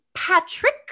Patrick